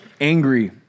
angry